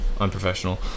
unprofessional